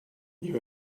you